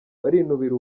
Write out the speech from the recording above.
barinubira